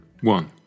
One